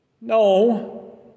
No